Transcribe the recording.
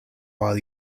while